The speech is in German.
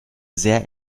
sehr